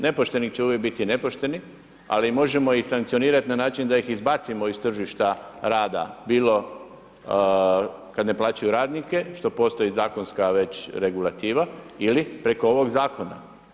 Nepošteni će uvijek biti nepošteni ali možemo ih sankcionirati na način da ih izbacimo iz tržišta rada bilo kad ne plaćaju radnike, što postoji zakonska već regulativa ili preko ovog zakona.